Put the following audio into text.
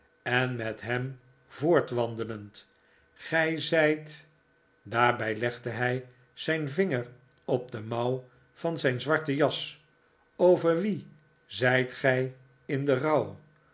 en met hem voortwandelend gij zijt daarbij legde hij zijn vinger op de mouw van zijn zwarte jas over wien zijt gij in den rouw